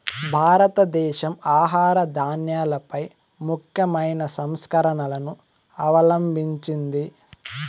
భారతదేశం ఆహార ధాన్యాలపై ముఖ్యమైన సంస్కరణలను అవలంభించింది